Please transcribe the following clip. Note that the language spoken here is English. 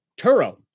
Turo